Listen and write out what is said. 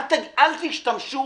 אל תשתמשו